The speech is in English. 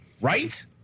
Right